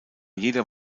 jeder